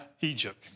Egypt